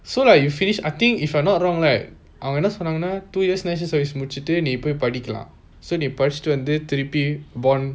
so like you finished I think if I'm not wrong அவங்க என்ன சொன்னாங்கன:avanga enna sonnangana two years national service முடிச்சிட்டு நீ பொய் படிக்கலாம் படிச்சிட்டு வந்து திருப்பி:mudichitu nee poi padikalaam padichitu vanthu thirupi bond